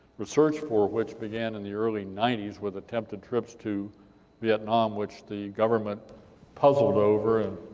research for which, began in the early ninety s, with attempted trips to vietnam, which the government puzzled over,